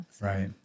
Right